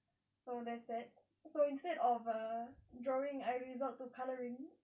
so there's that so instead of a drawing I resort to colouring